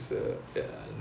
ya lor ya